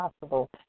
possible